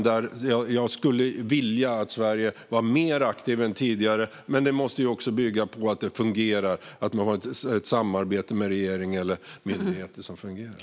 Där skulle jag vilja att Sverige var mer aktivt än tidigare, men det måste också bygga på att det fungerar - att man har ett samarbete med regering eller myndigheter som fungerar.